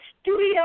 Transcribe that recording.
studio